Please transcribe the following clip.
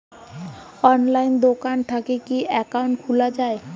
অনলাইনে দোকান থাকি কি একাউন্ট খুলা যায়?